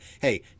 hey